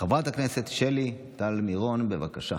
חברת הכנסת שלי טל מרון, בבקשה.